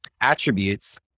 attributes